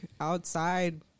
outside